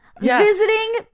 visiting